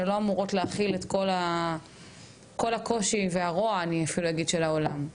שלא אמורות להכיל את כל הקושי והרוע של העולם.